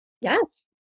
Yes